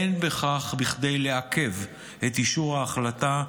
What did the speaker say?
אין בכך כדי לעכב את אישור ההחלטה,